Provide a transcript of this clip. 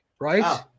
right